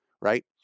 right